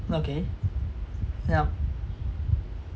okay yeah